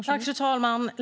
Fru talman!